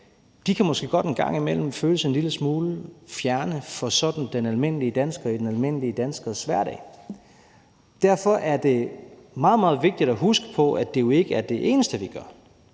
de kan måske godt en gang imellem føles en lille smule fjerne for den sådan almindelige dansker i den almindelige danskers hverdag. Derfor er det meget, meget vigtigt at huske på, at det jo ikke er det eneste, vi gør.